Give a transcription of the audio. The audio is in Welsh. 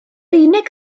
unig